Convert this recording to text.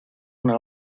una